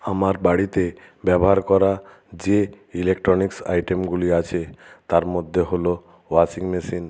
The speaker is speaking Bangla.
আমার বাড়িতে ব্যবহার করা যে ইলেকট্রনিক্স আইটেমগুলি আছে তার মধ্যে হলো ওয়াশিং মেশিন